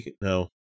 no